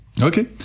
okay